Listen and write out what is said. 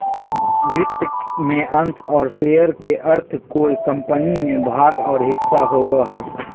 वित्त में अंश और शेयर के अर्थ कोय कम्पनी में भाग और हिस्सा होबो हइ